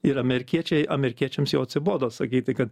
ir amerikiečiai amerikiečiams jau atsibodo sakyti kad